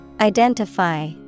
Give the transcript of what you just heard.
Identify